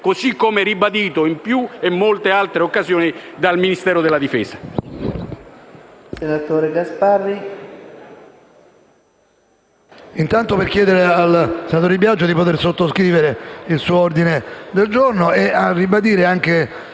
così come ribadito in molte altre occasioni dal Ministero della difesa.